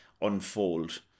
unfold